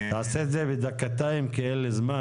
תעשה את זה בדקותיים כי אין לי זמן,